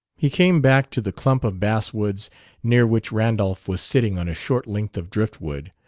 he came back to the clump of basswoods near which randolph was sitting on a short length of drift wood,